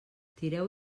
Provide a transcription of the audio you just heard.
tireu